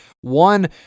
One